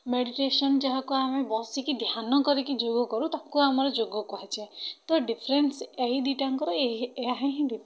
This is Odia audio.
ମେଡ଼ିଟେସନ୍ ଯାହାକୁ ଆମେ ବସିକି ଧ୍ୟାନ କରିକି ଯୋଗ କରୁ ତାକୁ ଆମର ଯୋଗ କୁହାଯାଏ ତ ଡିଫରେନ୍ସ୍ ଏହି ଦୁଇଟାଙ୍କର ଏହାହିଁ ଡିଫରେନ୍ସ